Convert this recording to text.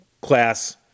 class